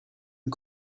had